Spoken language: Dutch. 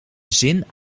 zin